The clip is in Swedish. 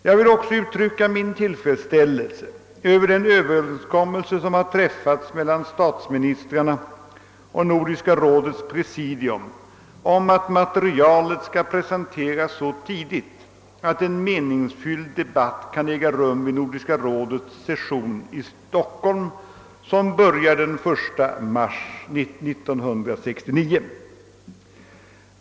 Jag vill också uttrycka min tillfredsställelse över den överenskommelse som träffats mellan statsministrarna och Nordiska rådets presidium om att materialet skall presenteras så tidigt, att en meningsfylld debatt kan äga rum vid Nordiska rådets session i Stockholm, som börjar den 1 mars 1969.